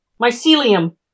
Mycelium